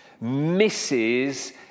misses